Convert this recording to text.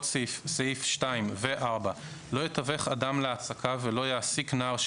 "תיווך להעסקה"